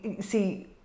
see